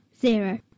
Zero